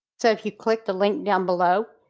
so if you click the link down below,